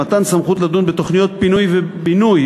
מתן סמכות לדון בתוכניות פינוי ובינוי